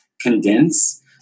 condense